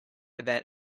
event